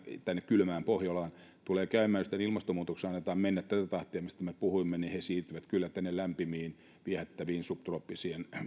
tänne kylmään pohjolaan kyllä varmaan tulee käymään niin jos ilmastonmuutoksen annetaan mennä tätä tahtia mistä me puhuimme että he siirtyvät tänne suomeen lämpimille viehättäville subtrooppisille